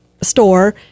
store